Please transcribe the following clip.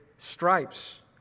stripes